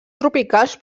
tropicals